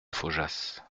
faujas